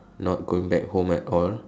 not going back home at all